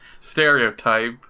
Stereotype